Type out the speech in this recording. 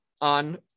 on